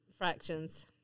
Fractions